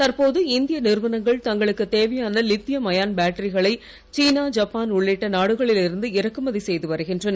தற்போது இந்திய நிறுவனங்கள் தங்களுக்குத் தேவையான லித்தியம் அயான் பேட்டரிகளை சீனா ஜப்பான் உள்ளிட்ட நாடுகளில் இருந்து இறக்குமதி செய்து வருகின்றன